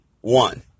one